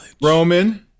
Roman